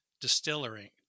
Distilling